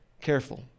careful